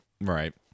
Right